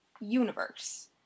universe